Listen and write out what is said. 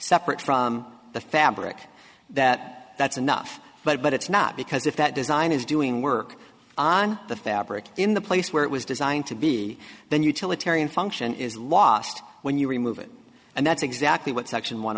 separate from the fabric that that's enough but it's not because if that design is doing work on the fabric in the place where it was designed to be then utilitarian function is lost when you remove it and that's exactly what section one